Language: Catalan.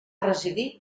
residir